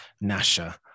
Nasha